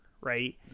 right